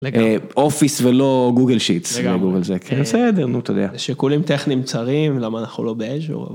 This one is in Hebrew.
לגמרי אופיס ולא גוגל שיטס, לגמרי זה כאילו בסדר נו אתה יודע, שיקולים טכניים צרים למה אנחנו לא באז'ור.